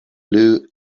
blue